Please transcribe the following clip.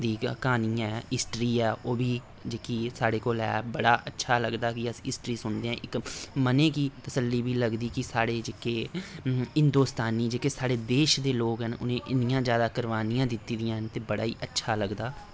दी क्हानी ऐ हिस्ट्री ऐ ओह् बी जेह्की साढ़े कोल ऐ बड़ा अच्छा लगदा कि अस हिस्ट्री सुनने इक मने गी तसल्ली बी लगदी कि साढ़े जेह्के हिन्दोस्तानी जेह्के साढ़े देश दे लोक न उनें इन्नियां जैदा कुर्बानियां दित्ती दियां न ते बड़ा ही जैदा अच्छा लगदा